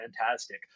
fantastic